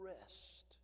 rest